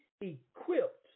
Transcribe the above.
equipped